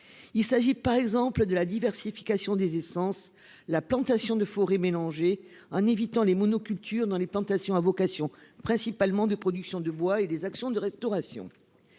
s'agir de la diversification des essences, de la plantation de forêts mélangées, en évitant les monocultures dans les plantations à vocation principale de production de bois, et d'actions de restauration.